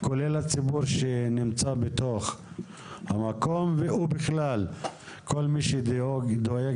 כולל הציבור שנמצא בתוך המקום ובכלל כל מי שדואג